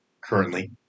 currently